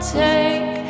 take